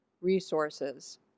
resources